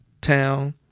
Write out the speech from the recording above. town